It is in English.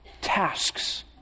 tasks